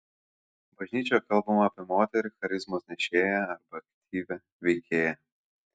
bažnyčioje kalbama apie moterį charizmos nešėją arba aktyvią veikėją